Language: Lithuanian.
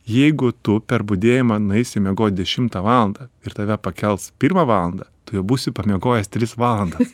jeigu tu per budėjimą nueisi miegot dešimtą valandą ir tave pakels pirmą valandą tu jau būsi pamiegojęs tris valandas